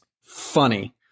funny